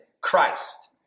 Christ